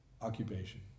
occupation